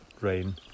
rain